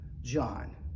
John